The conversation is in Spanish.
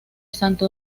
santo